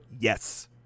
Yes